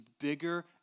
bigger